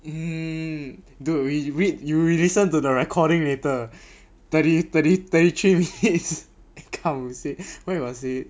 hmm dude you re~ you really listen to the recording later thirty thirty thirty three minutes